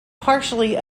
partially